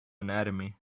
anatomy